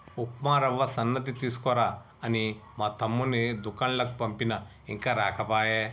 ఉప్మా రవ్వ సన్నది తీసుకురా అని మా తమ్ముణ్ణి దూకండ్లకు పంపిన ఇంకా రాకపాయె